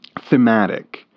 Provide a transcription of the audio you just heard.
thematic